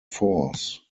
force